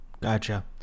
gotcha